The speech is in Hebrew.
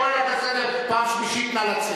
אני קורא אותך לסדר פעם ראשונה.